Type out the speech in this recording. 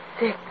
sick